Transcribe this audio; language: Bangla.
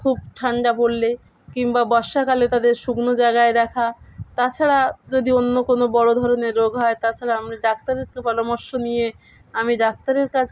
খুব ঠান্ডা পড়লে কিংবা বর্ষাকালে তাদের শুকনো জায়গায় রাখা তাছাড়া যদি অন্য কোনো বড়ো ধরনের রোগ হয় তাছাড়া আমরা ডাক্তারের তো পরামর্শ নিয়ে আমি ডাক্তারের কাছে